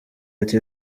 ati